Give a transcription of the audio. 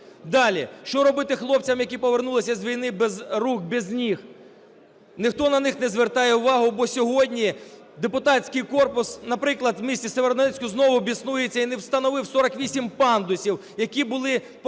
Далі. Що робити хлопцям, які повернулися з війни без рук, без ніг? Ніхто на них не звертає увагу, бо сьогодні депутатський корпус, наприклад, в місті Сєвєродонецьку знову біснується і не встановив 48 пандусів, які були потрібні